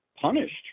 punished